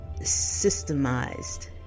systemized